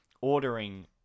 ordering